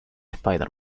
spider